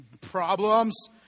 problems